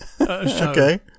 Okay